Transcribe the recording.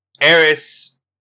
Eris